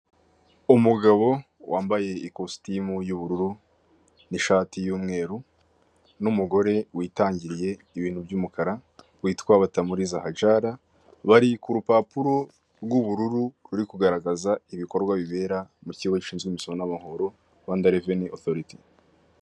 Umugabo wambaye ikositimu y'ubururu n'ishati y'umweru n'umugore witangiriye ibintu by'umukara witwa Batamuriza Hajara bari k'urupapuro rw'ubururu ruri kugaragaza ibikorwa bibera mukigo gishinzwe imisoro n'amahoro Rwanda Revenue Authority.